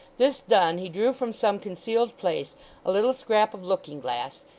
this done, he drew from some concealed place a little scrap of looking-glass,